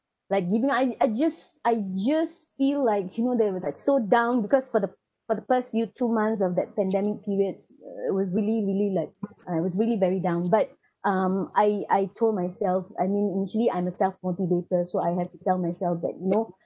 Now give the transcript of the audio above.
like giving up I I just I just feel like you know that it was like so down because for the for the first few two months of that pandemic periods uh it was really really like I was really very down but um I I told myself I mean usually I'm a self motivator so I have to tell myself that you know